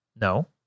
No